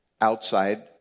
outside